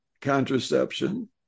contraception